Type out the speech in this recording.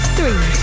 Three